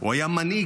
הוא היה מנהיג.